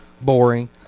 boring